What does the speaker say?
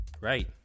Right